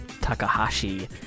Takahashi